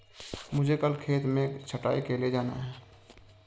मुझे कल खेत में छटाई के लिए जाना है